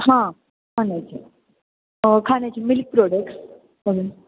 हां खाण्याच्या खााण्याची मिल्क प्रोडक्ट म्हणून